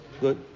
Good